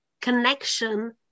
connection